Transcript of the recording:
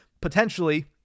potentially